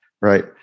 right